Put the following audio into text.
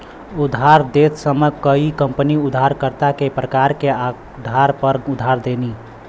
उधार देत समय कई कंपनी उधारकर्ता के प्रकार के आधार पर उधार देनी